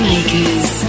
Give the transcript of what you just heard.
Makers